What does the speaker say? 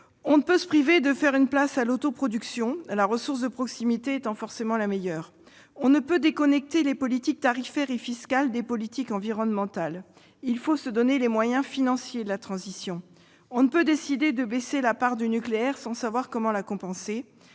On ne peut se priver de faire une place à l'autoproduction, la ressource de proximité étant forcément la meilleure. On ne peut déconnecter les politiques tarifaires et fiscales des politiques environnementales. Il faut se donner les moyens financiers de la transition. On ne peut décider de baisser la part du nucléaire sans savoir comment la compenser.